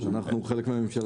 אנחנו חלק מהממשלה.